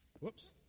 Whoops